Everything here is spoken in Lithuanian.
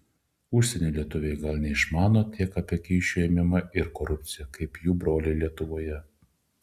užsienio lietuviai gal neišmano tiek apie kyšių ėmimą ir korupciją kaip jų broliai lietuvoje